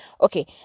Okay